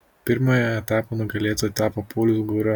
pirmojo etapo nugalėtoju tapo paulius gūra